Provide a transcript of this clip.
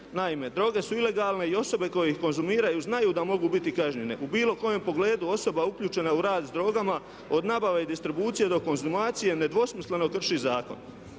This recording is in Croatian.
Naime, droge su ilegalne i osobe koje ih konzumiraju znaju da mogu biti kažnjene. U bilo kojem pogledu osoba uključena u rad s drogama od nabave i distribucije, do konzumacije nedvosmisleno krši zakon.